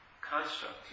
construct